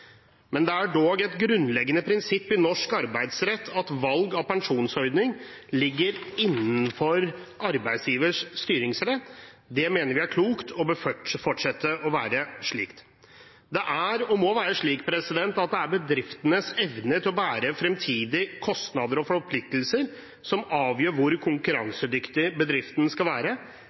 men det er dog et grunnleggende prinsipp i norsk arbeidsrett at valg av pensjonsordning ligger innenfor arbeidsgivers styringsrett. Det mener vi er klokt, og det bør fortsette å være slik. Det er og må være slik at det er bedriftenes evne til å bære fremtidige kostnader og forpliktelser som avgjør hvor konkurransedyktig bedriften skal være,